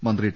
മന്ത്രി ടി